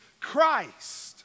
Christ